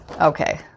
Okay